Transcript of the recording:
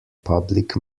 public